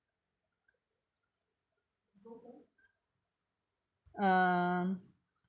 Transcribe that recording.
um